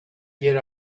yer